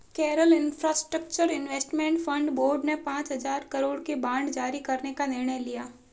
Kerala infrastructure investment fund board ने पांच हजार करोड़ के बांड जारी करने का निर्णय लिया